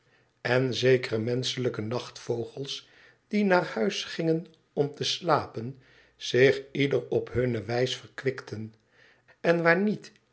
en zekere menschelijke nachtvogels die naar huis gingen om te slapen zich ieder op hunne wijs verkwikten en waar niet